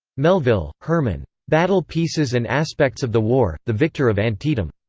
melville, herman. battle-pieces and aspects of the war the victor of antietam.